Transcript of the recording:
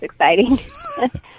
exciting